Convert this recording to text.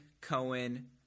cohen